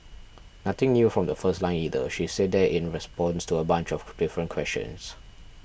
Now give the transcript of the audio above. nothing new from the first line either she's said that in response to a bunch of different questions